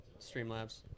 Streamlabs